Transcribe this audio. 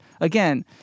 again